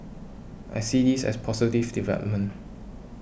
I see this as positive development